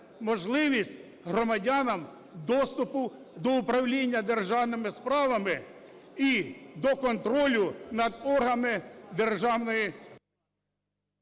можливість громадянам доступу до управління державними справами і до контролю над органами державної…